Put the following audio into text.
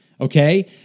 Okay